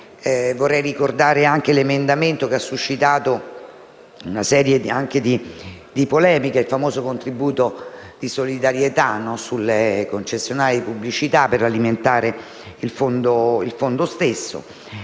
proposito anche l'emendamento che ha suscitato una serie di polemiche, il famoso contributo di solidarietà richiesto alle concessionarie di pubblicità per alimentare il Fondo stesso,